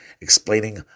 explaining